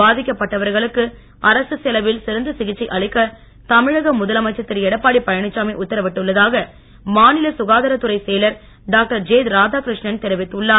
பாதிக்கப்பட்டவர்களுக்கு அரசுச் செலவில் சிறந்த சிகிச்சை அளிக்க தமிழக முதலமைச்சர் இருஎடப்பாடி பழனிசாமி உத்தரவிட்டுள்ளதாக மாநில சுகாதாரத் துறைச் செயலர் டாக்டர் ஜேராதாகிருஷ்ணன் தெரிவித்துள்ளார்